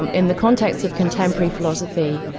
and in the context of contemporary philosophy,